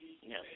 Yes